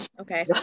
Okay